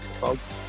folks